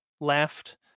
left